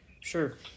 Sure